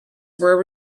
were